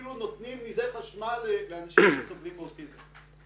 אפילו נותנים נזעי חשמל לאנשים שסובלים מאוטיזם.